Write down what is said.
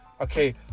Okay